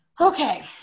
Okay